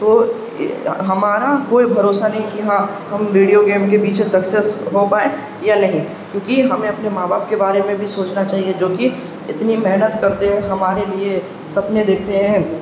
تو ہمارا کوئی بھروسہ نہیں کہ ہاں ہم ویڈیو گیم کے پیچھے سکسیس ہو پائیں یا نہیں کیونکہ ہمیں اپنے ماں باپ کے بارے میں بھی سوچنا چاہیے جو کہ اتنی محنت کرتے ہیں ہمارے لیے سپنے دیکھتے ہیں